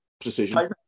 precision